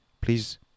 Please